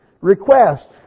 Request